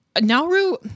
Nauru